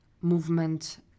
movement